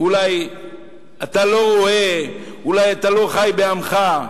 אולי אתה לא רואה, אולי אתה לא חי בתוך עמך,